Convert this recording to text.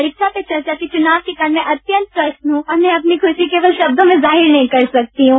परीक्षा पर चर्चा में चुनाव के कारण अत्यंत प्रसन्न हूं और मैं अपनी स्जुरी केवल शब्दों में जाहिर नहीं कर सकती हूँ